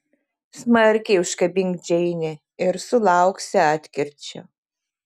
smarkiai užkabink džeinę ir sulauksi atkirčio